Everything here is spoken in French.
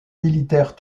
militaires